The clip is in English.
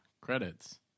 credits